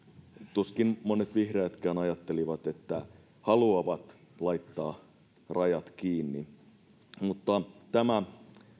tuskin monet vihreätkään ajattelivat että haluavat laittaa rajat kiinni mutta tämä